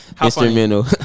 Instrumental